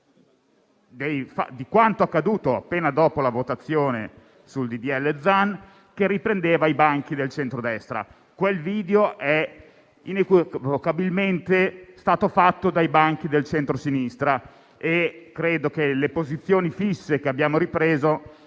di quanto accaduto appena dopo la votazione sul cosiddetto disegno di legge Zan, che riprendeva i banchi del centrodestra. Quel video è stato inequivocabilmente fatto dai banchi del centrosinistra e credo che le posizioni fisse che abbiamo ripreso